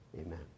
Amen